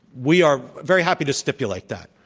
we are very happy to stipulate that.